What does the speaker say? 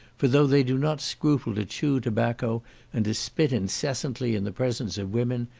for though they do not scruple to chew tobacco and to spit incessantly in the presence of women,